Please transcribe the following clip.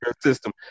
system